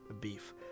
beef